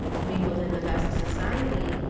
mingled in the best society,